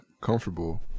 comfortable